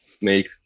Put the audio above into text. make